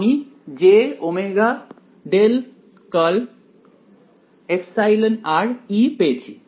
আমি εrপেয়েছি